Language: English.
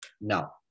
Now